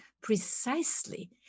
precisely